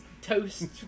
toast